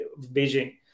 Beijing